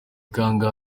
kangahe